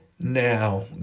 Now